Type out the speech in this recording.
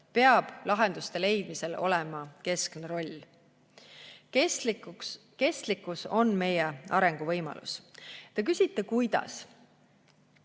peab lahenduste leidmisel olema keskne roll. Kestlikkus on meie arenguvõimalus. Te küsite, kuidas.